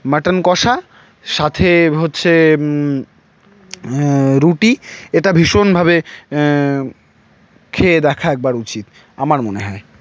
mutton কষা সাথে হচ্ছে রুটি এটা ভীষণভাবে খেয়ে দেখা একবার উচিত আমার মনে হয়